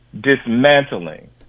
dismantling